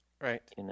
Right